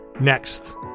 next